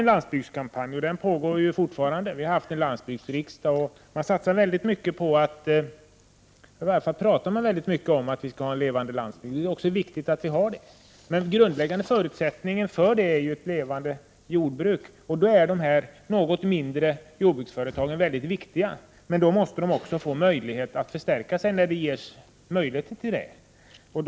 En landsbygdskampanj, som fortfarande pågår, har anordnats, och även en landsbygdsriksdag har anordnats, och det satsas väldigt mycket på en levande landsbygd, det talas åtminstone väldigt mycket om det. Det är viktigt att vi har det. Men den grundläggande förutsättningen för detta är ju ett levande jordbruk. Och det är de något mindre jordbruksföretagen som är mycket viktiga i detta sammanhang. Men då måste de också kunna förstärkas när de ges möjlighet till detta.